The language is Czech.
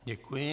Děkuji.